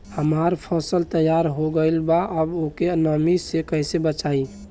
हमार फसल तैयार हो गएल बा अब ओके नमी से कइसे बचाई?